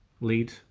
lead